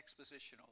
expositional